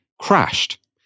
crashed